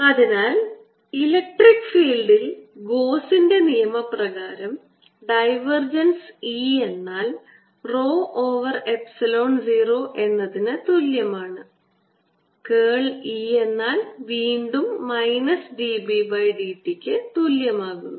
അതിനാൽ ഇലക്ട്രിക് ഫീൽഡിൽ ഗോസിൻറെ നിയമപ്രകാരം ഡൈവേർജൻസ് E എന്നാൽ rho ഓവർ എപ്സിലോൺ 0 എന്നതിനു തുല്യമാണ് കേൾ E എന്നാൽ വീണ്ടും മൈനസ് dB by dt ക്ക് തുല്യമാകുന്നു